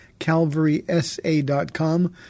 CalvarySA.com